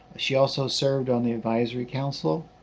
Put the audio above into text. she also served on the advisory council,